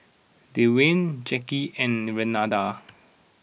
Dewayne Jacky and Renada